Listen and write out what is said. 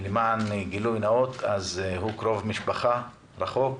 למען גילוי נאות, הוא קרוב משפחה רחוק שלי.